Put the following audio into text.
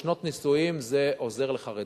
ששנות נישואים זה עוזר לחרדים,